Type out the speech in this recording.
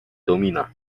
domina